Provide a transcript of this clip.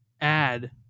add